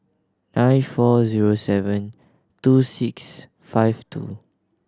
nine four zero seven two six five two